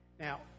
Now